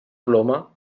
ploma